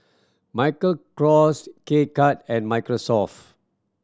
Michael Kors K Cut and Microsoft